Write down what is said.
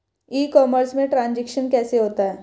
ई commerce में transaction कैसे होता है?